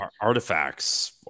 artifacts